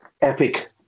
Epic